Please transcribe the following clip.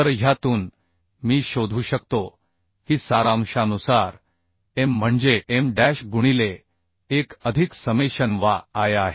तर ह्यातून मी शोधू शकतो की सारांशानुसार m म्हणजे m डॅश गुणिले एक अधिक समेशन yi आहे